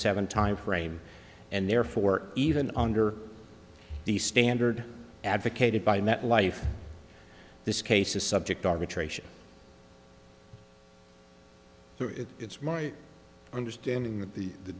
seven timeframe and therefore even under the standard advocated by metlife this case is subject arbitration so it it's my understanding that the the